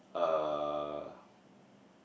uh